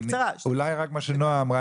אולי רק מה שנעה אמרה,